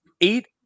eight